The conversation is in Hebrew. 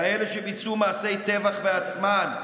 כאלה שביצעו מעשי טבח בעצמן: